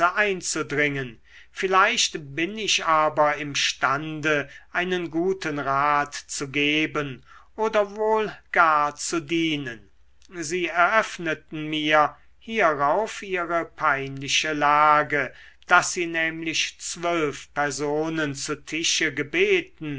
einzudringen vielleicht bin ich aber imstande einen guten rat zu geben oder wohl gar zu dienen sie eröffneten mir hierauf ihre peinliche lage daß sie nämlich zwölf personen zu tische gebeten